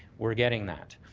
we're getting that.